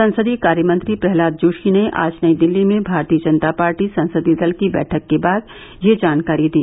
संसदीय कार्यमंत्री प्रहलाद जोशी ने आज नई दिल्ली में भारतीय जनता पार्टी संसदीय दल की बैठक के बाद यह जानकारी दी